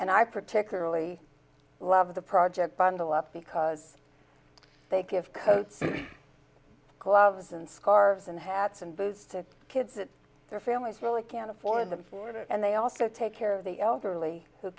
and i particularly love the project bundle up because they give coats gloves and scarves and hats and boots to kids and their families really can't afford them for it and they also take care of the elderly who